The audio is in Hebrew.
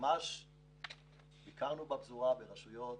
ביקרנו בפזורה, ברשויות